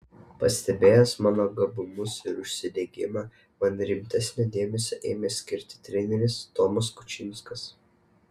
pastebėjęs mano gabumus ir užsidegimą man rimtesnio dėmesio ėmė skirti treneris tomas kučinskas